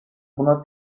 buna